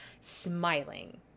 smiling